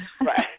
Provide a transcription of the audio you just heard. Right